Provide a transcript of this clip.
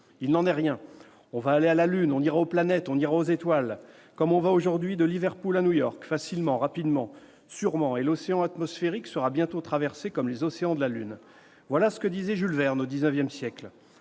Il n'en est rien ! On va aller à la lune, on ira aux planètes, on ira aux étoiles, comme on va aujourd'hui de Liverpool à New York, facilement, rapidement, sûrement, et l'océan atmosphérique sera bientôt traversé comme les océans de la lune !» Voilà ce qu'écrivait Jules Verne au XIX siècle.